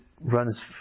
runs